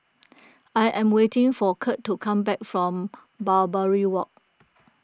I am waiting for Kurt to come back from Barbary Walk